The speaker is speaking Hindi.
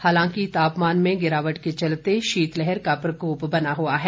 हालांकि तापमान में गिरावट के चलते शीतलहर का प्रकोप बना हुआ है